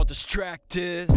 Distracted